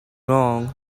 wrong